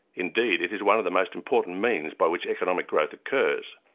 indeed it is one of the most important means by which economic growth occurs.